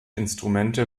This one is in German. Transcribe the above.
instrumente